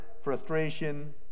frustration